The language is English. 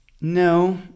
No